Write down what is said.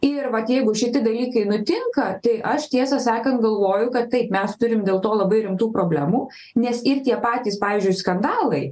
ir vat jeigu šiti dalykai nutinka tai aš tiesą sakant galvoju kad taip mes turim dėl to labai rimtų problemų nes ir tie patys pavyzdžiui skandalai